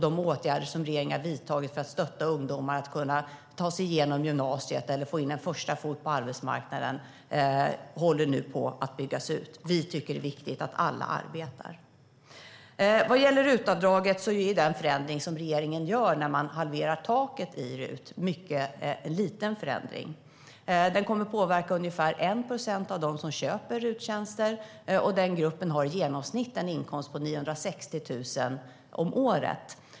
De åtgärder som regeringen har vidtagit för att stötta ungdomar att ta sig igenom gymnasiet eller få in en första fot på arbetsmarknaden håller på att byggas ut. Vi tycker att det är viktigt att alla arbetar. Den förändring som regeringen gör när vi halverar taket i RUT är en mycket liten förändring. Den kommer att påverka ungefär 1 procent av dem som köper RUT-tjänster, och den gruppen har i genomsnitt en inkomst på 960 000 om året.